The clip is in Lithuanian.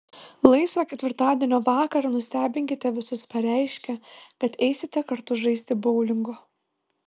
laisvą ketvirtadienio vakarą nustebinkite visus pareiškę kad eisite kartu žaisti boulingo